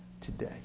today